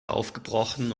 aufgebrochen